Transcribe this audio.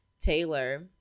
Taylor